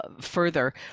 further